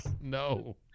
No